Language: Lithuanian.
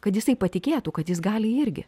kad jisai patikėtų kad jis gali irgi